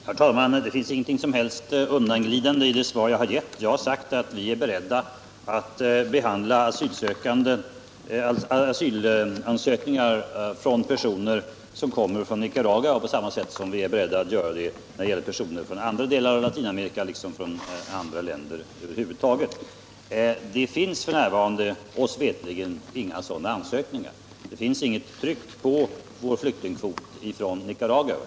Herr talman! Det finns inget som helst undanglidande i det svar jag gett. Jag har sagt att vi är beredda att behandla asylansökningar från personer som kommer från Nicaragua på samma sätt som vi är beredda att göra när det gäller personer från andra delar av Latinamerika liksom från andra länder över huvud taget. Det finns f.n. oss veterligt inga sådana ansökningar. Det finns inget tryck på vår flyktingkvot från Nicaragua.